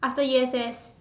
after U_S_S